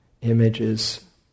images